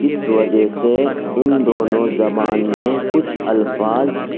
اس وجہ سے ان دونوں زبان میں کچھ الفاظ